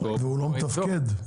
והוא לא מתפקד.